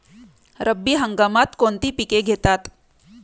रब्बी हंगामात कोणती पिके घेतात?